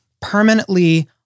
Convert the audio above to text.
permanently